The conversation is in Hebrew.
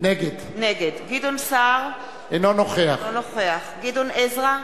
נגד גדעון סער, אינו נוכח גדעון עזרא,